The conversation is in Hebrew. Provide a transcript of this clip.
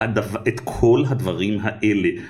את כל הדברים האלה